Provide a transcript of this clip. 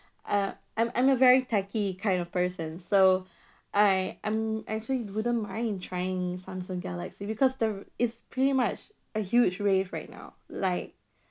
uh I'm~ I'm a very techie kind of person so I I'm actually wouldn't mind trying Samsung galaxy because the it's pretty much a huge wave right now like